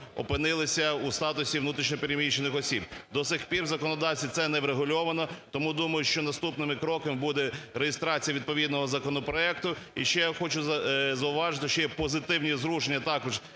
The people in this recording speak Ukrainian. опинилися у статусі внутрішньо переміщених осіб. До сих пір в законодавстві це не врегульовано, тому думаю, що наступним кроком буде реєстрація відповідного законопроекту. І ще я хочу зауважити, що є позитивні зрушення також